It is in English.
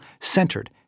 centered